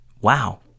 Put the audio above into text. Wow